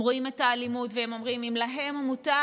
הם רואים את האלימות והם אומרים: אם להם מותר